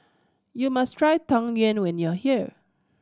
you must try Tang Yuen when you are here